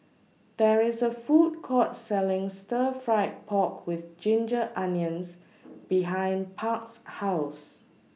There IS A Food Court Selling Stir Fried Pork with Ginger Onions behind Park's House